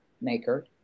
maker